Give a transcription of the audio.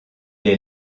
est